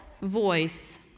Voice